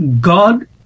God